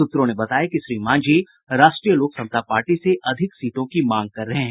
सूत्रों ने बताया कि श्री मांझी राष्ट्रीय लोक समता पार्टी से अधिक सीटों की मांग कर रहे हैं